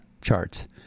charts